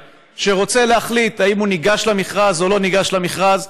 שרוצה להחליט אם הוא ניגש למכרז או לא ניגש למכרז.